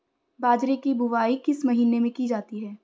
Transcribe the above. बाजरे की बुवाई किस महीने में की जाती है?